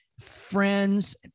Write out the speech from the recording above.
Friends